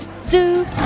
Zoo